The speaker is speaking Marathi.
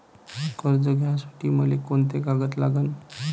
कर्ज घ्यासाठी मले कोंते कागद लागन?